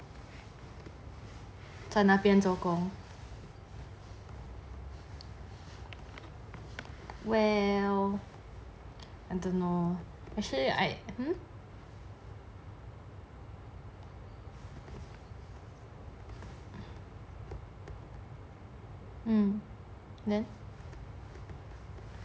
在那边做工 well I don't know actually I !huh! mm